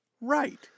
Right